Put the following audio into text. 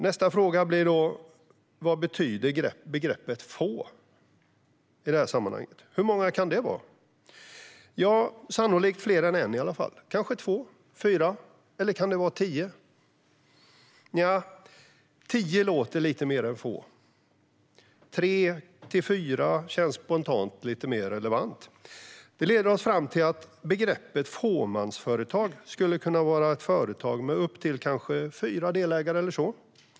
Nästa fråga blir då: Vad betyder "få" i det här sammanhanget? Hur många kan det vara? Ja, sannolikt är det fler än en i alla fall - kanske två, fyra, eller kan det vara tio personer? Nja, tio låter allt lite mer än få. Tre till fyra känns spontant lite mer relevant. Detta leder oss fram till att fåmansföretag skulle kunna vara företag med upp till kanske fyra delägare.